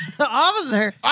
Officer